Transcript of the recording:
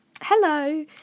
hello